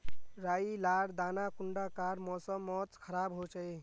राई लार दाना कुंडा कार मौसम मोत खराब होचए?